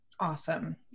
Awesome